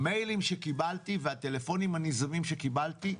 המיילים שקיבלתי והטלפונים הנזעמים שקיבלתי,